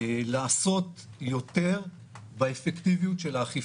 לעשות יותר באפקטיביות של האכיפה.